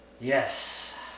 Yes